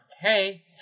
hey